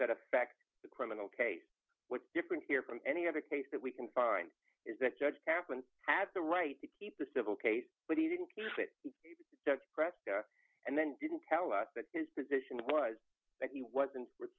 that affect the criminal case what's different here from any other case that we can find is that judge kaplan had the right to keep the civil case but he didn't press and then didn't tell us that his position was that he wasn't